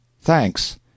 Thanks